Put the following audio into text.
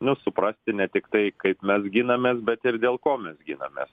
nu suprasti ne tiktai kaip mes ginamės bet ir dėl ko mes ginamės